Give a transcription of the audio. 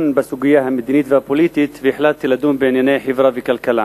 בסוגיה המדינית והפוליטית והחלטתי לדון בענייני חברה וכלכלה.